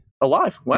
alive